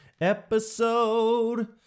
episode